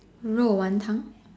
肉丸汤